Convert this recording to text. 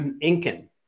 Incan